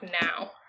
now